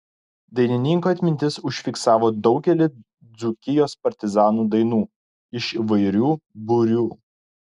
dainininko atmintis užfiksavo daugelį dzūkijos partizanų dainų iš įvairių būrių